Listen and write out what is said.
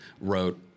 wrote